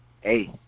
hey